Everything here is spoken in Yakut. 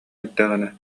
эрдэҕинэ